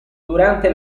durante